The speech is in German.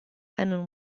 einen